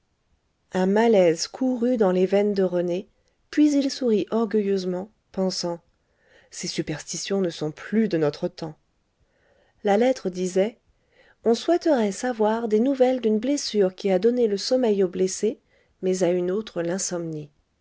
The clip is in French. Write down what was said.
un malaise courut dans les veines de rené puis il sourit orgueilleusement pensant ces superstitions ne sont plus de notre temps la lettre disait on souhaiterait savoir des nouvelles d'une blessure qui a donné le sommeil au blessé mais à une autre l'insomnie